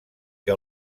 que